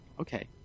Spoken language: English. Okay